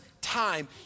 time